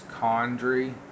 Condry